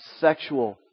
sexual